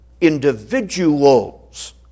individuals